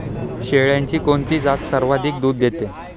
शेळ्यांची कोणती जात सर्वाधिक दूध देते?